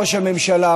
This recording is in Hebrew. ראש הממשלה,